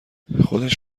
خودش